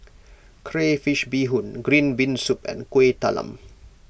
Crayfish BeeHoon Green Bean Soup and Kuih Talam